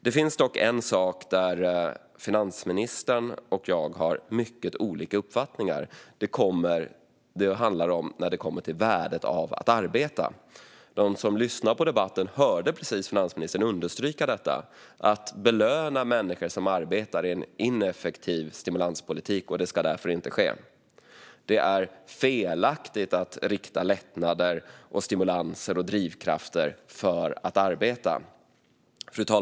Det finns dock en sak där finansministern och jag har mycket olika uppfattningar. Det handlar om värdet av att arbeta. De som lyssnar på debatten hörde precis finansministern understryka att det är en ineffektiv stimulanspolitik att belöna människor som arbetar och att detta därför inte ska ske och att det är felaktigt att rikta lättnader, stimulanser och drivkrafter för att arbeta.